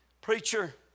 Preacher